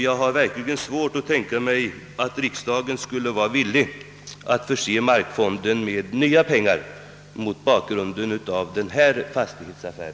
Jag har verkligen svårt att tänka mig att riksdagen skulle vara villig att förse markfonden med mera pengar mot bakgrunden av bl.a. denna fastighetsaffär.